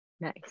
Nice